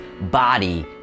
body